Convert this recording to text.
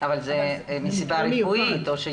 אבל זה מסיבה רפואית.